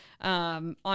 On